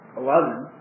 eleven